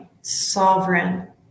sovereign